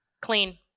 Clean